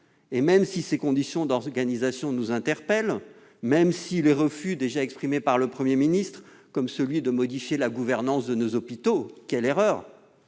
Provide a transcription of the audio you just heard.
! Même si ses conditions d'organisation nous interpellent, même si les refus déjà exprimés par le Premier ministre, comme celui de modifier la gouvernance de nos hôpitaux- quelle erreur !